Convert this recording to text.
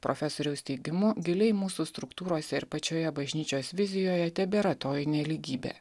profesoriaus teigimu giliai mūsų struktūrose ir pačioje bažnyčios vizijoje tebėra toji nelygybė